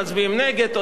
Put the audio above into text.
כמו שלמה מולה,